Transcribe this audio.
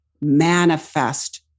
manifest